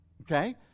Okay